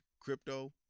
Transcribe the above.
crypto